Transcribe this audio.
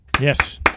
Yes